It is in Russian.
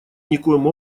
никоим